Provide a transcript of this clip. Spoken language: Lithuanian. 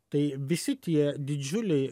tai visi tie didžiuliai